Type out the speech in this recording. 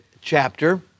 chapter